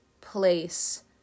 place